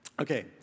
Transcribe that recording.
Okay